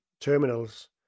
terminals